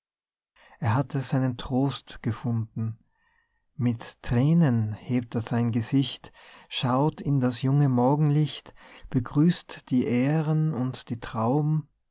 er hatte seinen trost gefunden mit thränen hebt er sein gesicht schaut in das junge morgenlicht begrüßt die aehren und die trauben